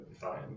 fine